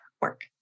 work